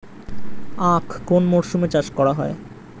আখ কোন মরশুমে চাষ করা হয়?